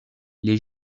les